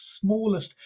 smallest